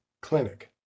clinic